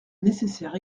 nécessaire